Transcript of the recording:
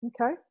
okay